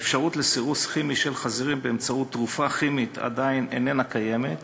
האפשרות לסירוס כימי של חזירים באמצעות תרופה כימית עדיין אינה קיימת,